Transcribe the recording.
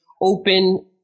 Open